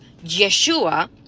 yeshua